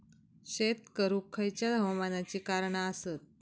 शेत करुक खयच्या हवामानाची कारणा आसत?